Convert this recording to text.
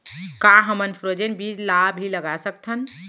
का हमन फ्रोजेन बीज ला भी लगा सकथन?